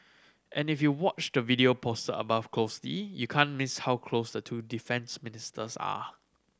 and if you watch the video post above closely you can't miss how close the two defence ministers are